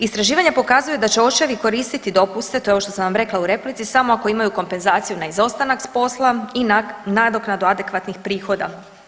Istraživanja pokazuju da će očevi koristiti dopuste, to je ovo što sam vam rekla u replici, samo ako imaju kompenzaciju na izostanak s posla i nadoknadu adekvatnih prihoda.